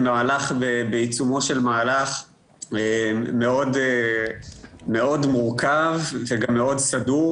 בעיצומו של מהלך מאוד מורכב וגם מאוד סדור,